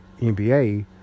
NBA